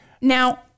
Now